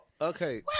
Okay